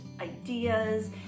ideas